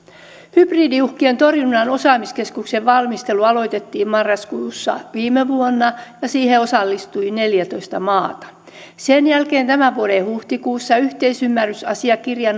hybridiuhkien torjunnan osaamiskeskuksen valmistelu aloitettiin marraskuussa viime vuonna ja siihen osallistui neljätoista maata sen jälkeen tämän vuoden huhtikuussa yhteisymmärrysasiakirjan